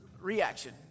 reaction